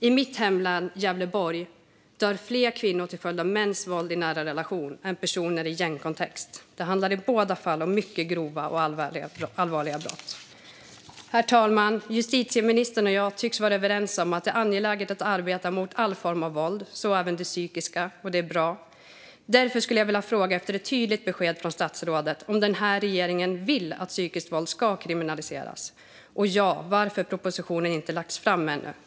I mitt hemlän Gävleborg är det fler kvinnor som dör till följd av mäns våld i nära relation än personer som dör i gängkontext. Det handlar i båda fallen om mycket grova och allvarliga brott. Herr talman! Justitieministern och jag tycks vara överens om att det är angeläget att arbeta mot all form av våld, även psykiskt våld. Det är bra. Därför skulle jag vilja fråga efter ett tydligt besked från statsrådet. Vill den här regeringen att psykiskt våld ska kriminaliseras? Om ja, varför har propositionen inte lagts fram än?